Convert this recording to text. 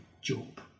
job